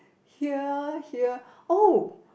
here here oh